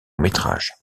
métrage